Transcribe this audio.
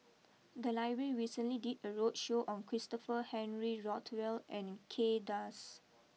the library recently did a roadshow on Christopher Henry Rothwell and Kay Das